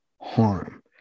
harm